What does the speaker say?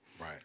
Right